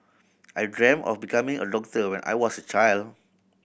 I dreamt of becoming a doctor when I was a child